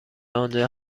آنجا